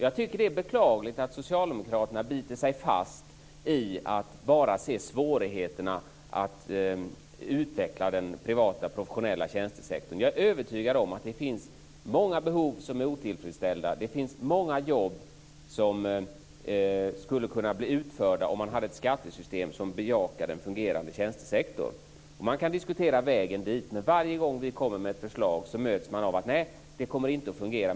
Jag tycker att det är beklagligt att socialdemokraterna biter sig fast i att bara se svårigheterna att utveckla den privata professionella tjänstesektorn. Vi är övertygade om att det finns många otillfredsställda behov. Det finns många jobb som skulle kunna bli utförda om man hade ett skattesystem som bejakade en fungerande tjänstesektor. Man kan diskutera vägen dit, men varje gång vi kommer med ett förslag möts vi av att det inte kommer att fungera.